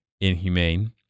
inhumane